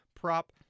prop